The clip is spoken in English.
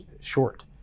short